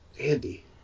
Andy